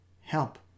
help